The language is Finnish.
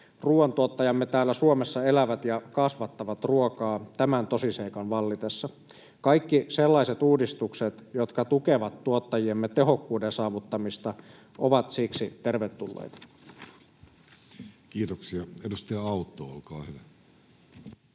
Ruuantuottajamme täällä Suomessa elävät ja kasvattavat ruokaa tämän tosiseikan vallitessa. Kaikki sellaiset uudistukset, jotka tukevat tuottajiemme tehokkuuden saavuttamista, ovat siksi tervetulleita. Kiitoksia. — Edustaja Autto, olkaa hyvä.